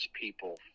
people